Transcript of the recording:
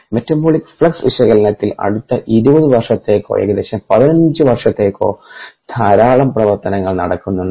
metabolic flux വിശകലനത്തിൽ അടുത്ത 20 വർഷത്തേക്കോ ഏകദേശം 15 വർഷത്തേക്കോ ധാരാളം പ്രവർത്തനങ്ങൾ നടക്കുന്നുണ്ട്